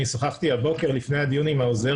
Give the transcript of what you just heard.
אני שוחחתי הבוקר לפני הדיון עם העוזר